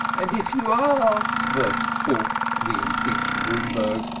and if you are! burst forth the impeached greenberg,